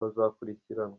bazakurikiranwa